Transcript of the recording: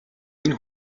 энэ